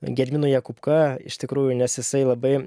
gediminu jakubka iš tikrųjų nes jisai labai